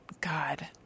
God